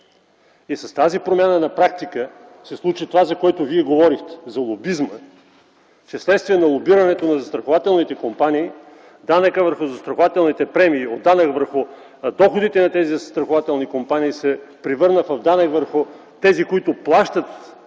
съвет и на практика с нея се случи това, за което Вие говорите – лобизмът – вследствие на лобирането на застрахователните компании данъкът върху застрахователните премии от данък върху доходите на тези застрахователни компании се превърна в данък върху тези, които плащат – върху застрахованите лица, и